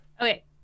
Okay